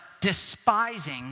despising